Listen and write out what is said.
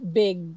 big